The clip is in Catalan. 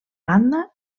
banda